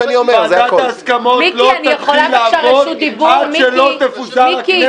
אבל ועדת ההסכמות לא תתחיל לעבוד עד שלא תפוזר הכנסת.